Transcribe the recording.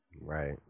right